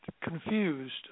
confused